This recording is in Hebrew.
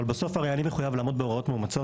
הרי בסוף אני מחויב לעמוד בהוראות מאומצות